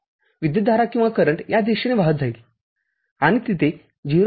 विद्युतधारा या दिशेने वाहत जाईल आणि तिथे ०